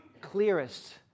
clearest